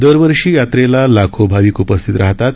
दरवर्षी यात्रेला लाखो भाविक उपस्थित राहतात